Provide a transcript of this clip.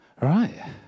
right